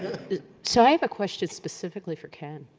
so i have a question specifically for ken.